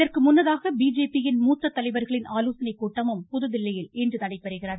இதற்கு முன்னதாக பிஜேபியின் மூத்த தலைவர்களின் ஆலோசனைக்கூட்டமும் புதுதில்லியில் இன்று நடைபெறுகிறது